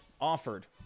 offered